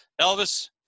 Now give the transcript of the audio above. Elvis